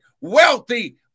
wealthy